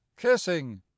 kissing